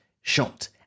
shot